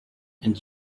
and